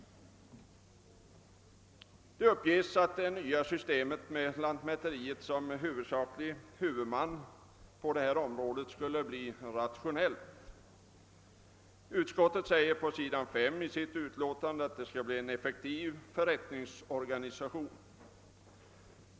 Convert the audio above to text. Det uppges att det nya systemet med lantmäteriet som främste huvudman på detta område skulle bli rationellt. Utskottet framhåller på s. 5 i sitt utlåtande, att det skall bli en effektiv förrättningsorganisation.